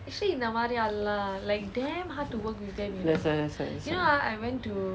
that's why that's why that's why